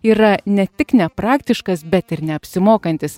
yra ne tik nepraktiškas bet ir neapsimokantis